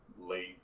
late